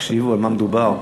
תקשיבו על מה מדובר.